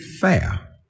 fair